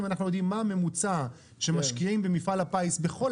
אם אנחנו יודעים מה הממוצע שמשקיעים במפעל הפיס בכל